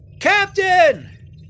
Captain